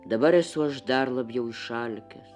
dabar esu aš dar labiau išalkęs